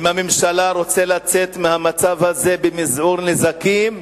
אם הממשלה רוצה לצאת מהמצב הזה במזעור נזקים,